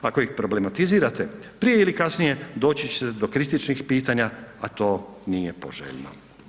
Ako ih problematizirate, prije ili kasnije doći ćete do kritičnih pitanja, a to nije poželjno.